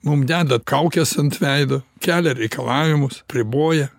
mum deda kaukes ant veido kelia reikalavimus apriboja